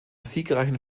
siegreichen